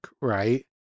right